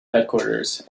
headquarters